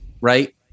right